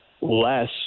less